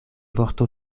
vorto